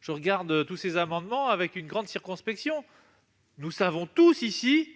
je regarde tous ces amendements avec une grande circonspection. Nous qui faisons la